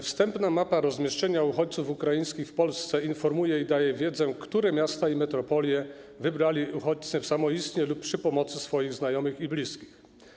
Wstępna mapa rozmieszczenia uchodźców ukraińskich w Polsce informuje i daje wiedzę, które miasta i metropolie wybrali uchodźcy samoistnie lub przy pomocy swoich znajomych i bliskich.